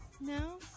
No